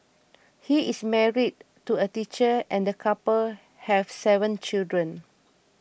he is married to a teacher and the couple have seven children